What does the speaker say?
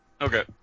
okay